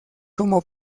como